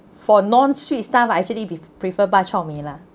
for non sweet stuff I actually p~ prefer bak-chor-mee lah